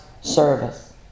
service